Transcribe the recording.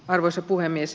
arvoisa puhemies